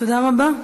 תודה רבה.